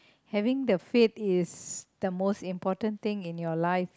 having the fate is the most important thing in your life